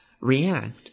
react